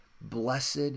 Blessed